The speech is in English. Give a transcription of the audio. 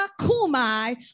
Kumai